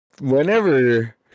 whenever